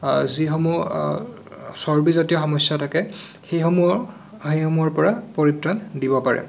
যিসমূহ চৰ্বিজাতীয় সমস্যা থাকে সেই সমূহৰ সেই সমূহৰ পৰা পৰিত্ৰাণ দিব পাৰে